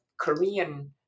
Korean